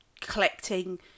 collecting